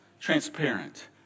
transparent